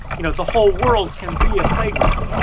you know, the whole world can be a playground.